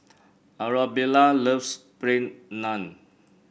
Arabella loves Plain Naan